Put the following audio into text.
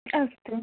अस्तु